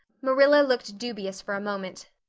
marilla looked dubious for a moment.